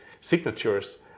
signatures